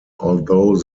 although